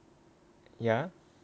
ya